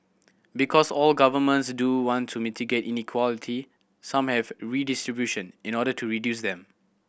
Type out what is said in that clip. because all governments do want to mitigate inequality some have redistribution in order to reduce them